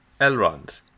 Elrond